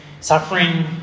suffering